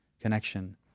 connection